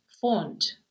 font